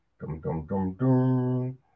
dum-dum-dum-dum